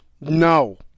No